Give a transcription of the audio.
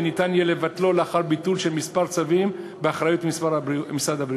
וניתן יהיה לבטלו לאחר ביטול של כמה צווים באחריות משרד הבריאות.